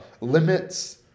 limits